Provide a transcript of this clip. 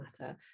matter